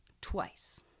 twice